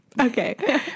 okay